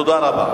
תודה רבה.